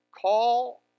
call